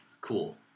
Cool